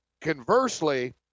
Conversely